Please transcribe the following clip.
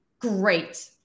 Great